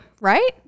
right